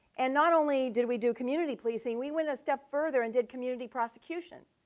and not only did we do community policing, we went a step further and did community prosecution.